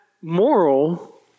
moral